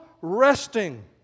resting